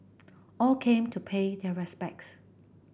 all came to pay their respects